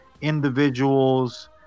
individuals